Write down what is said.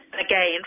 Again